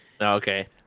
Okay